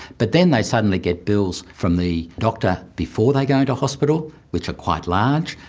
but then they suddenly get bills from the doctor before they go into hospital which are quite large.